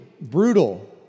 brutal